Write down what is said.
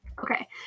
Okay